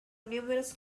numerous